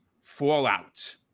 fallout